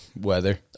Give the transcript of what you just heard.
weather